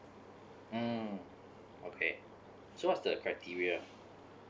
mm okay so what's the criteria